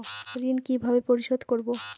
ঋণ কিভাবে পরিশোধ করব?